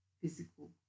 physical